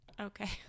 Okay